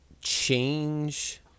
change